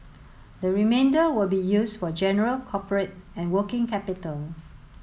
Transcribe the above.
the remainder will be used for general corporate and working capital